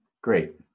great